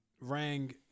rang